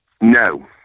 No